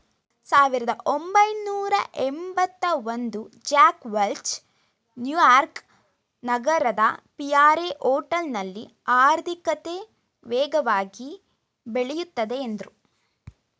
ಸಾವಿರದಒಂಬೈನೂರಎಂಭತ್ತಒಂದು Jack Welch New York ನಗರದ Pierre ಹೋಟೆಲ್ನಲ್ಲಿ ಆರ್ಥಿಕತೆ ವೇಗವಾಗಿ ಬೆಳೆಯುತ್ತದೆ ಎಂದ್ರು